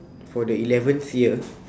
for the eleventh year